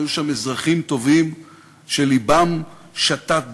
היו שם אזרחים טובים שלבם שתת דם.